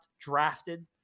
drafted